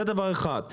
זה דבר אחד.